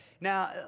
now